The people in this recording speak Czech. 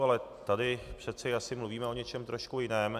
Ale tady přece jasně mluvíme o něčem trošku jiném.